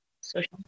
social